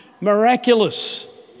Miraculous